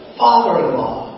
father-in-law